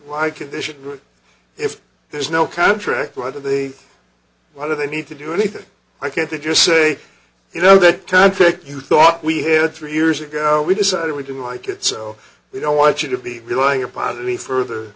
why condition good if there's no contract why do they why do they need to do anything i can't they just say you know that time you thought we had three years ago we decided we didn't like it so we don't want you to be relying upon that we further